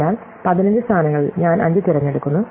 അതിനാൽ 15 സ്ഥാനങ്ങളിൽ ഞാൻ 5 തിരഞ്ഞെടുക്കുന്നു